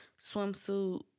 swimsuit